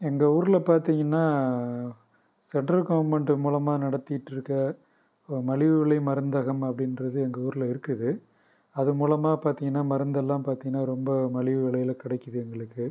எங்கள் ஊரில் பார்த்திங்கனா சென்ட்ரல் கவர்மண்ட் மூலமாக நடத்திக்கிட்டு இருக்க மலிவு விலை மருந்தகம் அப்படின்றது எங்கள் ஊரில் இருக்குது அது மூலமாக பார்த்திங்கன்னா மருந்து எல்லாம் பார்த்திங்கன்னா ரொம்ப மலிவு விலையில் கிடைக்குது எங்களுக்கு